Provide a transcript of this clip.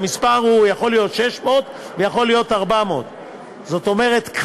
והמספר יכול להיות 600,000 ויכול להיות 400,000. זאת אומרת,